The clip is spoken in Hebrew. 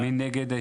מי בעד?